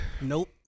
Nope